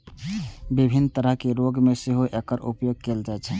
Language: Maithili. विभिन्न तरहक रोग मे सेहो एकर उपयोग कैल जाइ छै